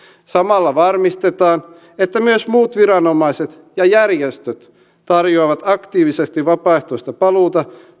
samalla varmistetaan että myös muut viranomaiset ja järjestöt tarjoavat aktiivisesti vapaaehtoista paluuta